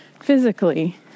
physically